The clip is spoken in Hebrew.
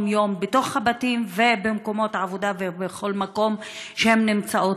בו יום-יום בתוך הבתים ובמקומות העבודה ובכל מקום שהן נמצאות.